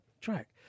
track